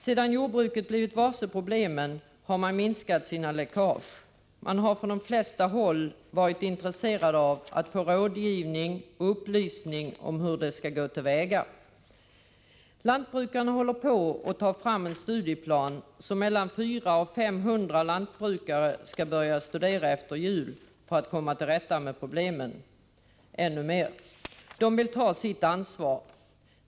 Sedan jordbruket blivit varse problemen har man minskat sina läckage. Man har från de flesta håll varit intresserad av att få rådgivning och upplysning om hur man skall gå till väga. Lantbrukarna håller på att ta fram en studieplan, som mellan 400 och 500 lantbrukare skall börja studera efter jul för att komma till rätta med problemen ännu mer. De vill ta sitt ansvar.